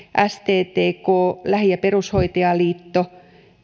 sttk lähi ja perushoitajaliitto